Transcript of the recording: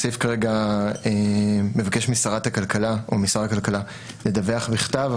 הסעיף כרגע מבקש משרת הכלכלה או משר הכלכלה לדווח בכתב,